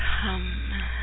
come